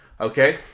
okay